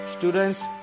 Students